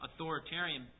authoritarian